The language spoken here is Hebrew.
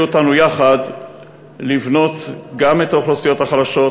אותנו לבנות יחד גם את האוכלוסיות החלשות